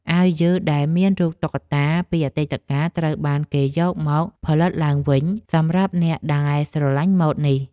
អាវយឺតដែលមានរូបតុក្កតាពីអតីតកាលត្រូវបានគេយកមកផលិតឡើងវិញសម្រាប់អ្នកដែលស្រឡាញ់ម៉ូដនេះ។